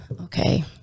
Okay